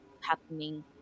happening